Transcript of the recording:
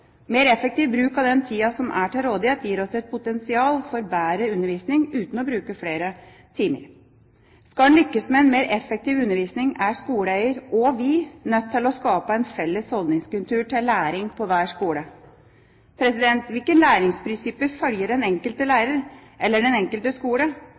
Mer effektiv bruk av den tida som er til rådighet, gir oss et potensial for bedre undervisning uten å bruke flere timer. Skal en lykkes med en mer effektiv undervisning, er skoleeier, og vi, nødt til å skape en felles holdningskultur til læring på hver skole. Hvilke læringsprinsipper følger den enkelte lærer eller den enkelte skole?